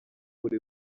buri